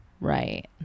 right